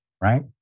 right